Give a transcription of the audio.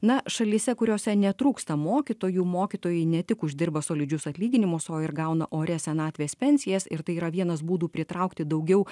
na šalyse kuriose netrūksta mokytojų mokytojai ne tik uždirba solidžius atlyginimus o ir gauna orią senatvės pensijas ir tai yra vienas būdų pritraukti daugiau